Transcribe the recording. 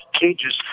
cages